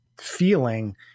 feeling